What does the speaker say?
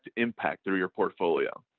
and impact through your portfolio.